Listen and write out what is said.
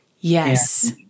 Yes